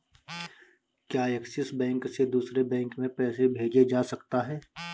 क्या Axis bank से दूसरे बैंक में पैसे भेजे जा सकता हैं?